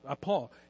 Paul